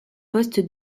poste